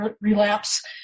relapse